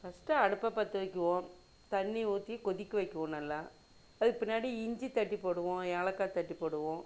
first அடுப்பை பற்ற வைக்குவோம் தண்ணி ஊற்றி கொதிக்க வைக்குவோம் நல்லா அதுக்கு பின்னாடி இஞ்சி தட்டி போடுவோம் ஏலக்காய் தட்டி போடுவோம்